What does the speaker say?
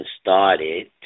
started